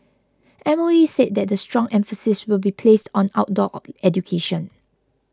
M O E said that strong emphasis will be placed on outdoor education